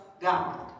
God